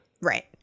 Right